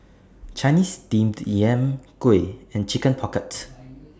Chinese Steamed Yam Kuih and Chicken Pocket